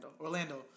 Orlando